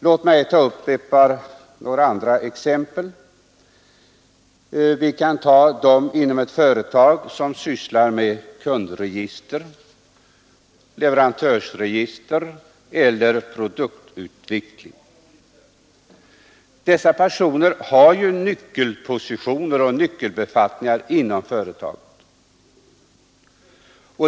Låt mig ta ett par andra exempel. Vi kan ta de personer inom ett företag som sysslar med kundregister, leverantörsregister eller produktutveckling. Dessa personer har nyckelpositioner inom företaget.